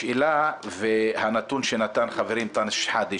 השאלה והנתון שנתן חברי שחאדה,